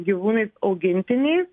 gyvūnais augintiniais